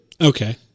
Okay